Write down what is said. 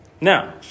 Now